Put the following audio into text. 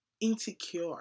insecure